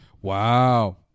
Wow